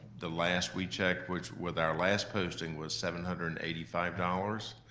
the last we checked with with our last posting, was seven hundred and eighty five dollars.